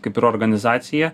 kaip ir organizaciją